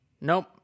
Nope